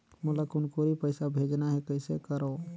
मोला कुनकुरी पइसा भेजना हैं, कइसे करो?